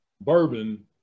bourbon